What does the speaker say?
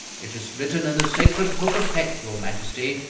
it is written in the sacred book of hec, your majesty,